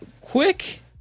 Quick